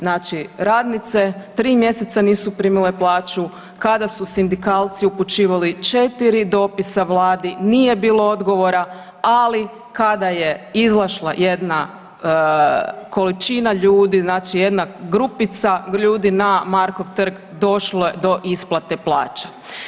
Znači radnice tri mjeseca nisu primile plaću, kada su sindikalci upućivali 4 dopisa Vladi, nije bilo odgovora, ali kada je izašla jedna količina ljudi, znači jedna grupica ljudi na Markov trg došlo je do isplate plaća.